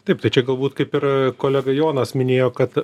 taip tai čia galbūt kaip ir kolega jonas minėjo kad